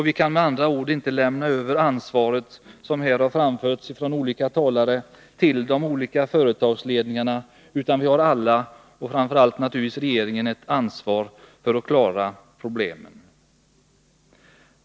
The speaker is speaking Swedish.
Vi kan med ' andra ord inte lämna över ansvaret till de olika företagsledningarna. Vi har alla, framför allt naturligtvis regeringen, ett ansvar för att klara problemen.